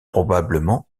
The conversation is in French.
probablement